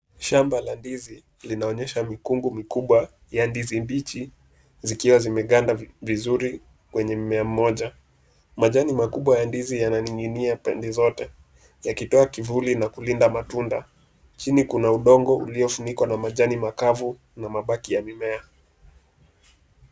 Shamba la Dizi linaonyesha mikungu mikubwa ya ndizi mbichi zikiwa zimeganda vizuri kwenye mmea mmoja. Majani makubwa ya ndizi yananing'inia pembe zote. Yakitoa kivuli na kulinda matunda. Chini kuna udongo uliofunikwa na majani makavu na mabaki ya mimea.